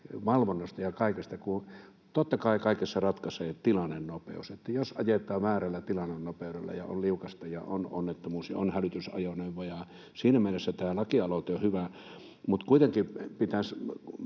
valvonnasta ja kaikesta, kun totta kai kaikessa ratkaisee tilannenopeus — jos ajetaan väärällä tilannenopeudella ja on liukasta ja on onnettomuus ja on hälytysajoneuvoja. Siinä mielessä tämä lakialoite on hyvä. Mutta kuitenkin pitäisi